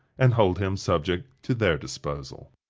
and hold him subject to their disposal.